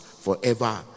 forever